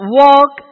walk